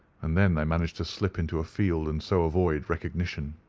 and then they managed to slip into a field, and so avoid recognition.